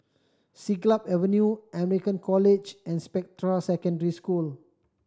Siglap Avenue American College and Spectra Secondary School